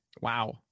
Wow